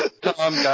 Tom